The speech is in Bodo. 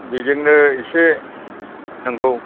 बेजोंनो इसे नंगौ